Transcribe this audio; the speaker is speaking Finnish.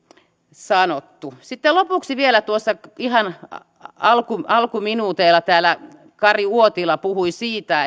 sanottu sitten lopuksi vielä tuossa ihan alkuminuuteilla täällä edustaja kari uotila puhui siitä